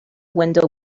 window